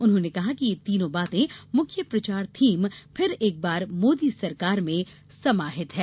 उन्होंने कहा कि ये तीनों बातें मुख्य प्रचार थीम फिर एक बार मोदी सरकार में समाहित है